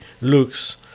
looks